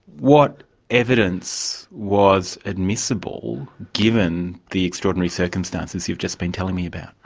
what evidence was admissible, given the extraordinary circumstances you've just been telling me about?